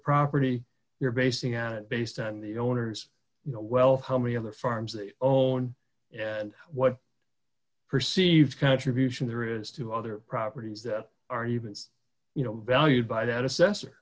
property you're basing out based on the owners you know well how many other farms they own and what perceived contribution there is to other properties that are humans you know valued by that assess